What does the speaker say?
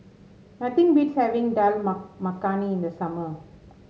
nothing beats having Dal Ma Makhani in the summer